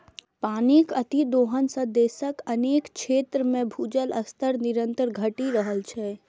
पानिक अतिदोहन सं देशक अनेक क्षेत्र मे भूजल स्तर निरंतर घटि रहल छै